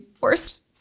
worst